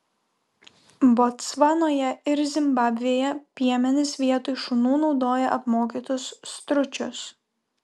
botsvanoje ir zimbabvėje piemenys vietoj šunų naudoja apmokytus stručius